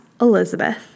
Elizabeth